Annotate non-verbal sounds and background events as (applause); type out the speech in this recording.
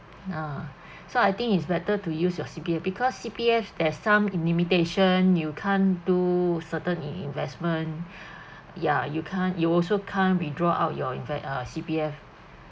ah (breath) so I think it's better to use your C_P_F because C_P_F there is some in limitation you can't do certain in in investment (breath) ya you can't you also can't withdraw out your inves~ uh C_P_F